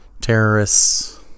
terrorists